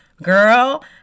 Girl